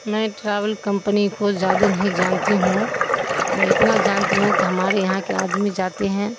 میں travel company کو زیادہ نہیں جانتی ہوں میں اتنا جانتی ہوں کہ ہمارے یہاں کے آدمی جاتے ہیں